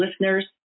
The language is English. listeners